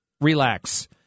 Relax